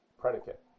predicate